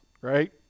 right